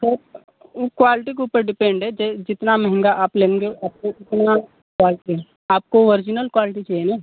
sir quality के ऊपर depend है जितना महँगा आप लेंगे आपको उतना क्वालटी आपको ओरिजनल क्वालटी चाहिए ना